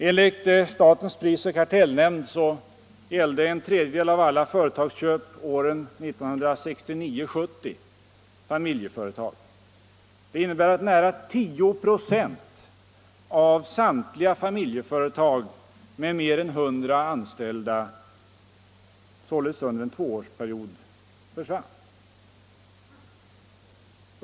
Enligt statens prisoch kartellnämnd gällde 1/3 av alla företagsköp åren 1969-1970 familjeföretag. Det innebär att nära 10 96 av samtliga familjeföretag med mer än 100 anställda såldes under en tvåårsperiod.